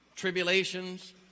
tribulations